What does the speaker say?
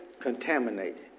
contaminated